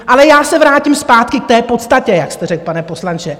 Ale já se vrátím zpátky k té podstatě, jak jste řekl, pane poslanče.